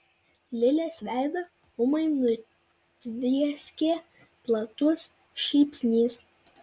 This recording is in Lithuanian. lilės veidą ūmai nutvieskė platus šypsnys